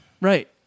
Right